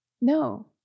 No